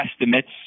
estimates